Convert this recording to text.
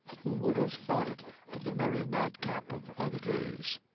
who would have thought it of the merry madcap of other days!